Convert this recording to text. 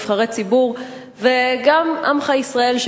נבחרי ציבור וגם עמך ישראל,